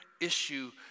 issue